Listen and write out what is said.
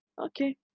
Okay